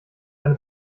eine